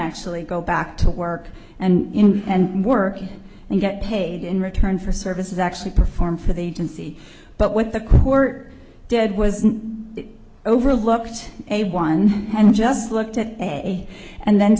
actually go back to work and work and get paid in return for service is actually performed for the agency but what the court did was over looked a one and just looked at a and then